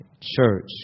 church